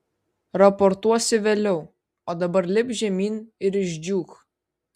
raportuosi vėliau o dabar lipk žemyn ir išdžiūk